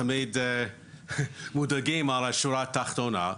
תמיד מודאגים על השורה התחתונה,